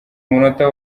munota